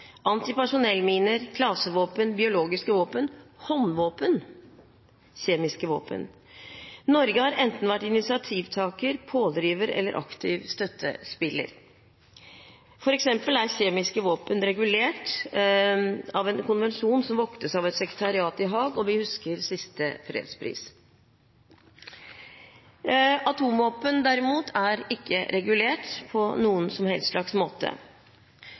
antipersonellminer, klasevåpen, biologiske våpen, håndvåpen, kjemiske våpen. Norge har enten vært initiativtaker, pådriver eller aktiv støttespiller. For eksempel er kjemiske våpen regulert av en konvensjon som voktes av et sekretariat i Haag – vi husker siste fredspris. Atomvåpen, derimot, er ikke regulert på noen som helst slags måte.